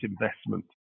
investment